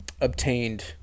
obtained